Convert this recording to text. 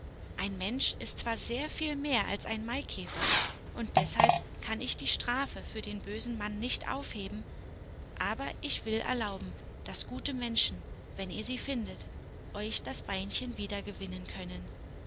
ein mensch ist zwar sehr viel mehr als ein maikäfer und deshalb kann ich die strafe für den bösen mann nicht aufheben aber ich will erlauben daß gute menschen wenn ihr sie findet euch das beinchen wiedergewinnen können